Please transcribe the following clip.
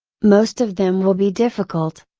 most of them will be difficult,